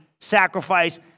sacrifice